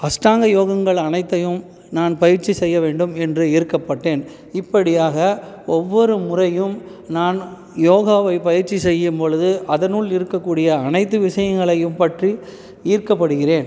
அஷ்டாங்க யோகங்கள் அனைத்தையும் நான் பயிற்சி செய்ய வேண்டும் என்று ஈர்க்கப்பட்டேன் இப்படியாக ஒவ்வொரு முறையும் நான் யோகாவை பயிற்சி செய்யும்பொழுது அதனுள் இருக்கக்கூடிய அனைத்து விஷயங்களையும் பற்றி ஈர்க்கப்படுகிறேன்